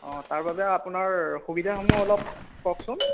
অঁ তাৰ বাবে আপোনাৰ সুবিধাসমূহ অলপ কওকচোন